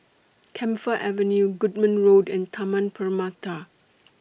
Camphor Avenue Goodman Road and Taman Permata